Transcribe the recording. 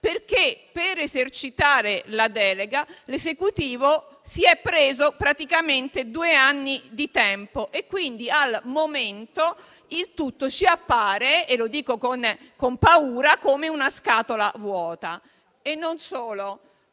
perché, per esercitare la delega, l'Esecutivo si è preso praticamente due anni di tempo e quindi al momento il tutto ci appare - lo dico con paura - come una scatola vuota. Desidero